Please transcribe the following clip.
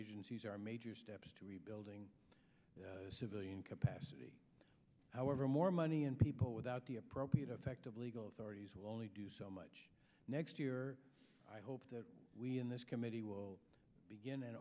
agencies are major steps to rebuilding civilian capacity however more money and people without the appropriate effect of legal authorities who only do so much next year i hope that we in this committee will begin an